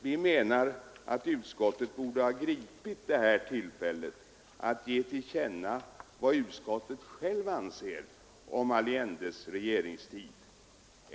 De menar att utskottet borde ha gripit detta tillfälle att ge till känna vad utskottet självt anser om Allendes regeringstid.